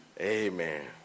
Amen